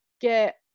get